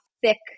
thick